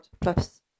plus